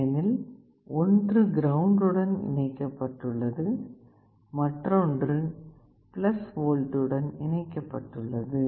ஏனெனில் ஒன்று கிரவுண்ட் உடன் இணைக்கப்பட்டுள்ளது மற்றொன்று V உடன் இணைக்கப்பட்டுள்ளது